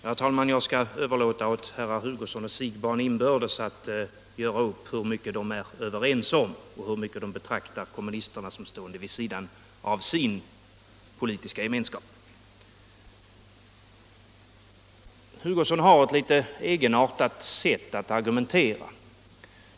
Herr talman! Jag skall överlåta åt herrar Hugosson och Siegbahn att inbördes göra upp hur mycket de är överens om och i vilken utsträckning de betraktar kommunisterna som stående vid sidan av denna politiska gemenskap. Herr Hugosson har ett litet egenartat sätt att argumentera.